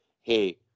Hey